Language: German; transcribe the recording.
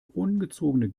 ungezogene